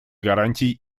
гарантий